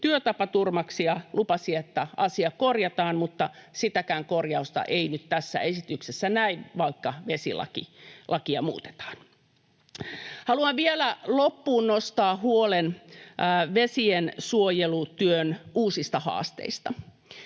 työtapaturmaksi ja lupasi, että asia korjataan, mutta sitäkään korjausta ei nyt tässä esityksessä näy, vaikka vesilakia muutetaan. Haluan vielä loppuun nostaa huolen vesiensuojelutyön uusista haasteista.